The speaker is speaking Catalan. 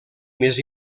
més